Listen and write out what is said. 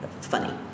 funny